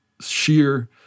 Sheer